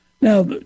Now